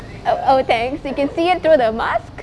oh oh thanks I can see it through the mask